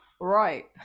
right